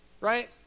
right